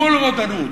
מול רודנות,